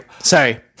Sorry